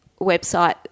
website